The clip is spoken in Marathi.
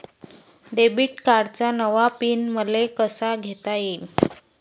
डेबिट कार्डचा नवा पिन मले कसा घेता येईन?